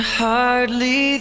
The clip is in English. hardly